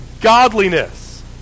godliness